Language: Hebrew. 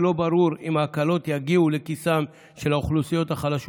ולא ברור אם ההקלות יגיעו לכיסן של האוכלוסיות החלשות